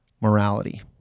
morality